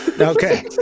Okay